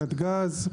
נתג"ז.